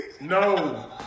No